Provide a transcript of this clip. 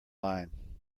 line